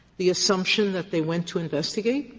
the assumption that they went to investigate.